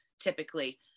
typically